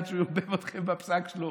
עד שהוא ערבב אתכם בפסק שלו.